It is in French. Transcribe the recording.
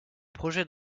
projet